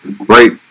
right